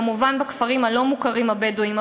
כמובן בכפרים הלא-מוכרים הבדואיים,